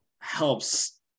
helps